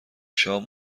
شام